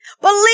Believe